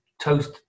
toast